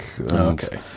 Okay